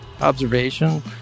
Observation